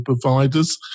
providers